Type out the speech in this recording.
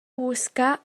buscar